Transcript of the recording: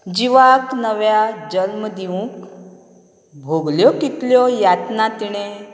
जिवाक नव्या जल्म दिवंक भोगल्यो कितल्यो यातना तिणें